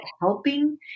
helping